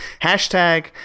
hashtag